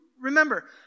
remember